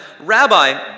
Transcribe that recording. Rabbi